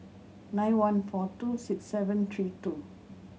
nine one four two six seven three two